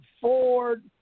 Ford